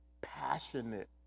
passionate